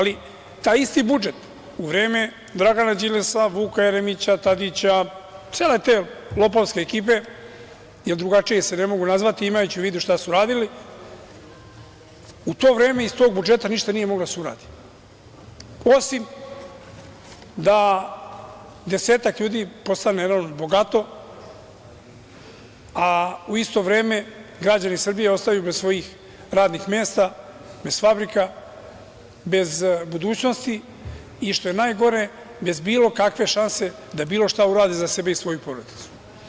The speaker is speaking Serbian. Taj isti budžet u vreme Dragana Đilasa, Vuka Jeremića, Tadića, cele te lopovske ekipe, jer drugačije se ne mogu nazvati, imajući u vidu šta su radili, u to vreme, iz tog budžeta ništa nije moglo da se uradi, osim da desetak ljudi postane enormno bogato, a u isto vreme građani Srbije da ostanu bez svojih radnih mesta, bez fabrika, bez budućnosti i što je najgore bez bilo kakve šanse da bilo šta urade za sebe i svoju porodicu.